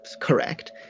correct